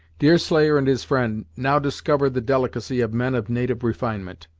deerslayer and his friend now discovered the delicacy of men of native refinement,